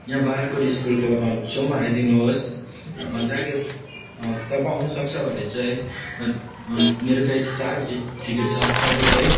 यहाँ बाख्राकोट स्कुलको छेउमा आइदिनुहोस् जहाँ कि तपाईँ आउन सक्छ भने चाहिँ मेरो चाहिँ चार बजे टिकट छ तपाईँ चाहिँ